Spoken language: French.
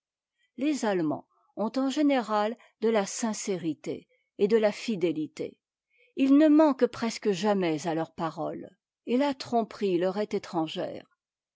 les allemands ont en générât de la sincérité et de la ndetité ils ne manquent presque jamais à leur parole et la tromperie leur est étrangère